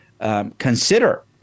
consider